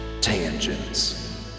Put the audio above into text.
Tangents